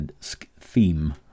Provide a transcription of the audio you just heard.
theme